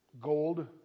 gold